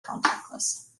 contactless